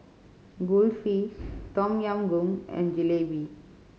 Kulfi Tom Yam Goong and Jalebi